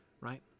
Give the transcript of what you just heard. right